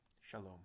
Shalom